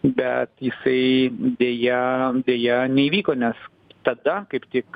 bet jisai deja deja neįvyko nes tada kaip tik